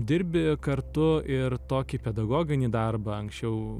dirbi kartu ir tokį pedagoginį darbą anksčiau